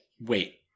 wait